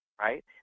right